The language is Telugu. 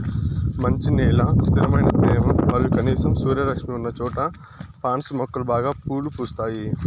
మంచి నేల, స్థిరమైన తేమ మరియు కనీసం సూర్యరశ్మి ఉన్నచోట పాన్సి మొక్కలు బాగా పూలు పూస్తాయి